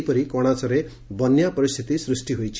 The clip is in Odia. ସେହିପରି କଶାସରେ ବନ୍ୟା ପରିସ୍ରିତି ସୂଷ୍କି କରିଛି